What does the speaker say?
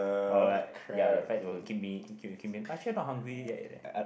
orh right ya the fat will keep me actually I not hungry yet leh